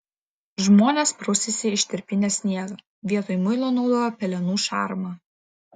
žmonės prausėsi ištirpinę sniegą vietoj muilo naudojo pelenų šarmą